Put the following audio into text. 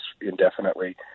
indefinitely